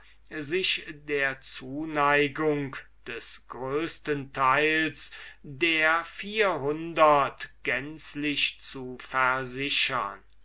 sich der zuneigung des größten teils der vierhundert gänzlich zu versichern